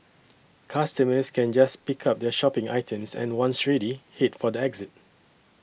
customers can just pick up their shopping items and once ready head for the exit